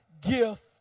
gift